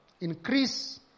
Increase